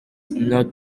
not